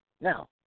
Now